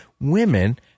women